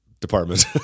department